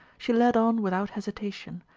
she led on without hesitation,